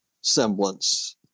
semblance